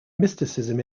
mysticism